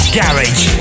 garage